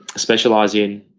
specialize in,